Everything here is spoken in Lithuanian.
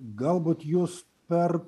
galbūt jūs per